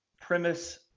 premise